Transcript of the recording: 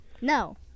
No